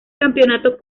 campeonato